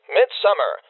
Midsummer